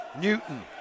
Newton